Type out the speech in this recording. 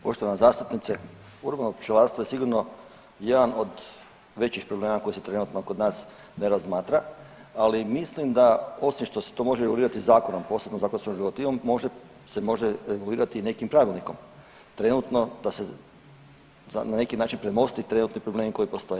Poštovana zastupnice, urbano pčelarstvo je sigurno jedan od većih problema koji se trenutno kod nas ne razmatra, ali mislim da osim što se to može regulirati zakonom, posebno zakonskom regulativom možda se može regulirati i nekim pravilnikom trenutno da se na neki način premoste trenutni problemi koji postoje.